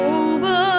over